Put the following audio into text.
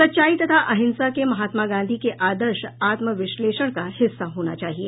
सच्चाई तथा अहिंसा के महात्मा गांधी के आदर्श आत्मविश्लेषण का हिस्सा होना चाहिए